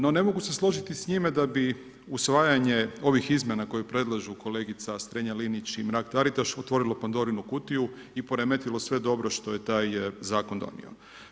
No ne mogu se složiti s njime da bi usvajanje ovih izmjena koje predlažu kolegice Strenja-Linić i Mrak-Taritaš otvorilo Pandorinu kutiju i poremetilo sve dobro što je taj zakon donio.